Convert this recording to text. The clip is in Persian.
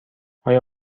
آیا